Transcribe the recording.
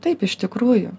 taip iš tikrųjų